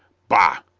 bah,